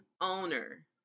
owner